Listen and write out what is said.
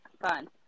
fun